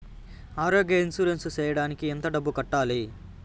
ఆరోగ్య ఇన్సూరెన్సు సేయడానికి ఎంత డబ్బుని కట్టాలి?